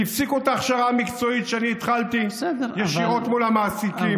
והפסיקו את ההכשרה המקצועית שאני התחלתי ישירות מול המעסיקים.